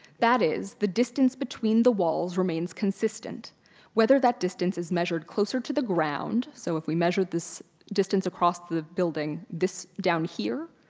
that is, the distance between the walls remains consistent whether that distance is measured closer to the ground, so if we measured this distance across the building down here,